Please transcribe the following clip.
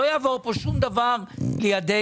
לא יעבור פה שום דבר לידינו.